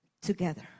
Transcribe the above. together